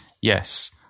yes